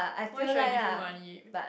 why should I give you money